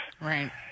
Right